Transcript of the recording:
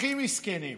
הכי מסכנים.